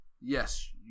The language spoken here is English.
Yes